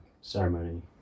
ceremony